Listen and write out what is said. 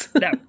No